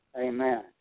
Amen